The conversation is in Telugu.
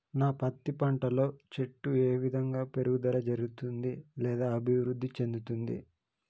నా పత్తి పంట లో చెట్టు ఏ విధంగా పెరుగుదల జరుగుతుంది లేదా అభివృద్ధి చెందుతుంది?